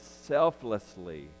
selflessly